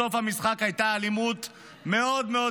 בסוף המשחק הייתה אלימות מאוד מאוד